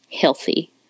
healthy